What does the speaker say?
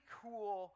cool